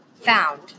found